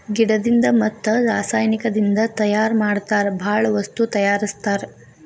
ಗಿಡದಿಂದ ಮತ್ತ ರಸಾಯನಿಕದಿಂದ ತಯಾರ ಮಾಡತಾರ ಬಾಳ ವಸ್ತು ತಯಾರಸ್ತಾರ